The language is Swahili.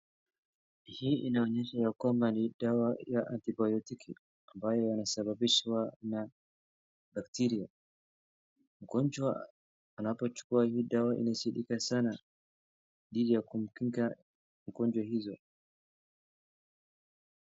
Hii inaonyesha ya kwamba ni dawa ya antibiotiki ambayo inasababishwa na bakteria. Mgonjwa anapochukua hii dawa inasaidika sana dhidi ya kumkinga na ugonjwa huo.